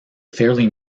fairly